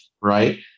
right